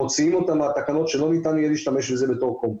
מוציאים אותה מהתקנות כך שלא ניתן יהיה להשתמש בזה כקומפוסט.